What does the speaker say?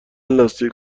لاستیک